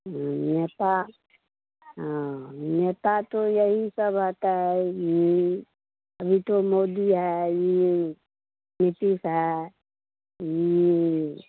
ऊ नेता हँ नेता तो यही सब आता है ई अभी तो मोदी है ई नीतीश है ई